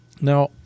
Now